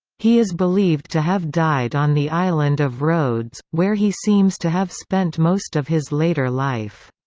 he is believed to have died on the island of rhodes, where he seems to have spent most of his later life.